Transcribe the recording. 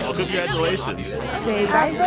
um congratulations say bye,